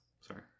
Sorry